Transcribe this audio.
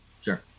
Sure